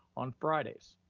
on fridays.